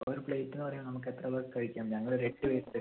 ഒരു പ്ലേറ്റ് എന്ന് പറയുമ്പോൾ നമുക്ക് എത്ര പേർക്ക് കഴിക്കാം ഞങ്ങൾ ഒരു എട്ട് പേരുണ്ട്